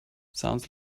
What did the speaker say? sounds